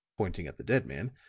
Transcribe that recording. pointing at the dead man,